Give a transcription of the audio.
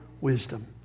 wisdom